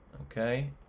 okay